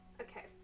Okay